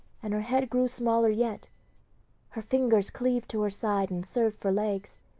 and her head grew smaller yet her fingers cleaved to her side and served for legs.